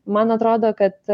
man atrodo kad